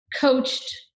coached